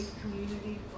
community